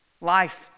Life